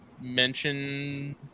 mention